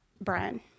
Brian